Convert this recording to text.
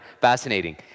fascinating